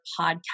podcast